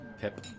Pip